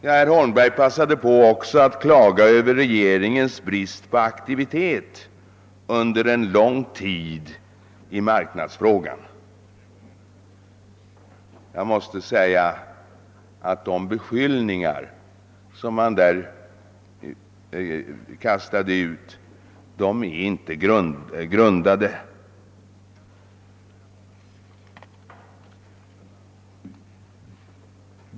Herr Holmberg passade också på att klaga över regeringens brist på aktivitet i marknadsfrågan under en lång tid. De beskyllningar som han därvidlag kastade ut är inte grundade.